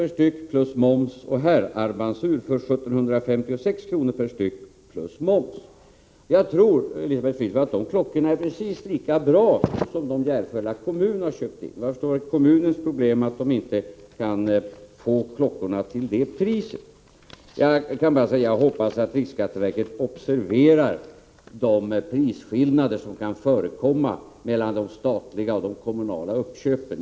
per styck plus moms samt herrarmbandsur för 1756 kr. per styck plus moms. Jag tror, Elisabeth Fleetwood, att de klockorna är precis lika bra som de Järfälla kommun har köpt in. Jag förstår att kommunens problem är att man inte kan få klockorna till samma pris. Jag kan bara säga: Jag hoppas att riksskatteverket observerar de prisskillnader som kan förekomma mellan statliga och kommunala uppköp.